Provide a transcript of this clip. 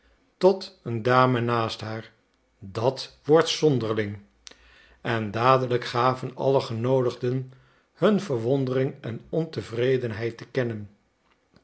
tot een dame naast haar dat wordt zonderling en dadelijk gaven alle genoodigden hun verwondering en ontevredenheid te kennen